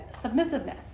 submissiveness